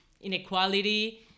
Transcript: inequality